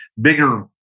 bigger